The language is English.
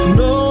no